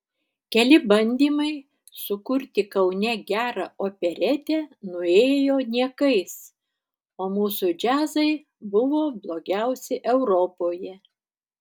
keli bandymai sukurti kaune gerą operetę nuėjo niekais o mūsų džiazai buvo blogiausi europoje